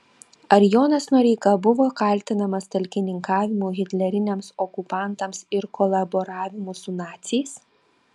ar jonas noreika buvo kaltinamas talkininkavimu hitleriniams okupantams ir kolaboravimu su naciais